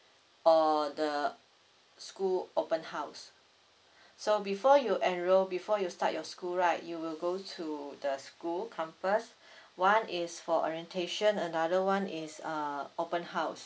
or the school open house so before you enroll before you start your school right you will go to the school campus one is for orientation another one is uh open house